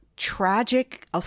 tragic